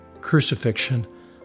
crucifixion